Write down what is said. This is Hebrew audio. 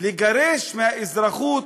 לגרש מהאזרחות,